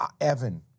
Evan